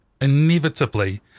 inevitably